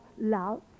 love